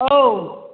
औ